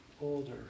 older